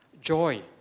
Joy